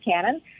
canon